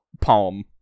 palm